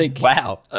Wow